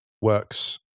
works